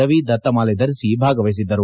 ರವಿ ದತ್ತಮಾಲೆ ಧರಿಸಿ ಭಾಗವಹಿಸಿದ್ದರು